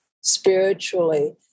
spiritually